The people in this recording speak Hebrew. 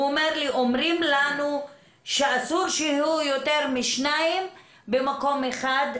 הוא אומר לי: אומרים לנו שאסור שיהיו יותר משניים במקום אחד,